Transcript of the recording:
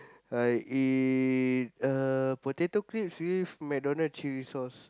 I eat uh potato chips with McDonald chili sauce